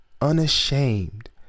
unashamed